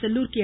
Sellur K